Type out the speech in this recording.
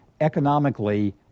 Economically